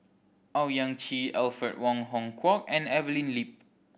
Owyang Chi Alfred Wong Hong Kwok and Evelyn Lip